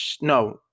no